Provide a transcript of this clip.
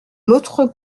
l’autre